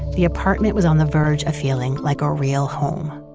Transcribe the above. the apartment was on the verge of feeling like a real home.